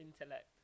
intellect